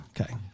Okay